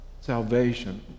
salvation